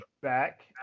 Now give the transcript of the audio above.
back